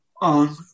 on